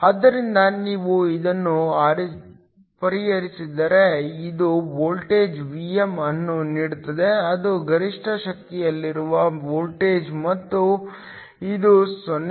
ಆದ್ದರಿಂದ ನೀವು ಇದನ್ನು ಪರಿಹರಿಸಿದರೆ ಇದು ವೋಲ್ಟೇಜ್ Vm ಅನ್ನು ನೀಡುತ್ತದೆ ಅದು ಗರಿಷ್ಠ ಶಕ್ತಿಯಲ್ಲಿರುವ ವೋಲ್ಟೇಜ್ ಮತ್ತು ಇದು 0